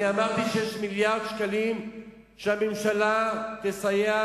אמרתי שיש מיליארד שקלים שהממשלה תסייע